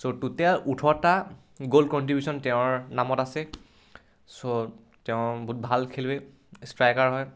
চ' total ওঠৰটা goal contribution তেওঁৰ নামত আছে চ' তেওঁ বহুত ভাল খেলোৱৈ ষ্ট্ৰাইকাৰ হয়